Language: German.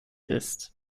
ist